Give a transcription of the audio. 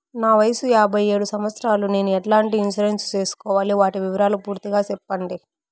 నా వయస్సు యాభై ఏడు సంవత్సరాలు నేను ఎట్లాంటి ఇన్సూరెన్సు సేసుకోవాలి? వాటి వివరాలు పూర్తి గా సెప్పండి?